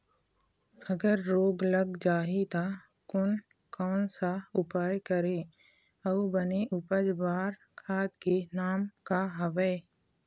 अगर रोग लग जाही ता कोन कौन सा उपाय करें अउ बने उपज बार खाद के नाम का हवे?